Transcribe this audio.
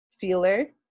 feeler